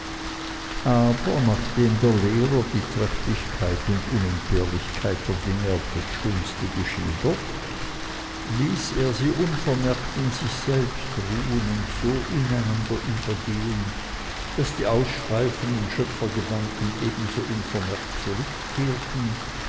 aber nachdem der lehrer die trefflichkeit und unentbehrlichkeit der dinge auf das schönste geschildert ließ er sie unvermerkt in sich selbst ruhen und so ineinander übergehen daß die ausschweifenden schöpfergedanken ebenso unvermerkt zurückkehrten